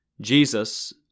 Jesus